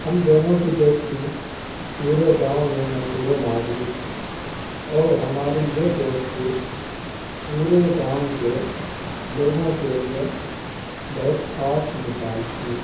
ہم دونوں کی دوستی پورے گاؤں میں مشہور ومعروف تھی اور ہماری یہ دوستی پورے گاؤں کے لوگوں کے لیے بہت خاص مثال تھی